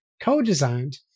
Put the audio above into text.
co-designed